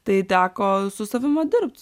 tai teko su savim va dirbt